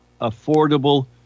affordable